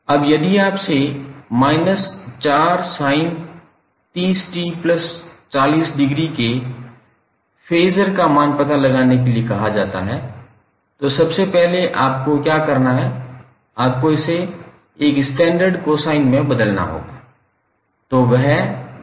अब यदि आपसे −4sin30𝑡40° के फेज फेसर मान का पता लगाने के लिए कहा जाता है तो सबसे पहले आपको क्या करना है आपको इसे एक स्टैण्डर्ड कोसाइन में बदलना होगा